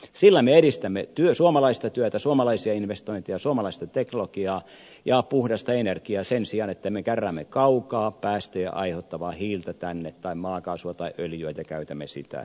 niillä me edistämme suomalaista työtä suomalaisia investointeja suomalaista teknologiaa ja puhdasta energiaa sen sijaan että me kärräämme kaukaa päästöjä aiheuttavaa hiiltä tänne tai maakaasua tai öljyä ja käytämme sitä